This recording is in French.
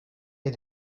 est